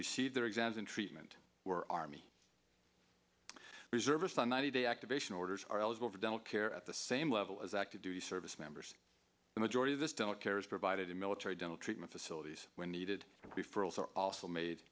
received their exams in treatment were army reservists on ninety day activation orders are eligible for dental care at the same level as active duty service members the majority of this dental care is provided to military dental treatment facilities when needed to be for us are also made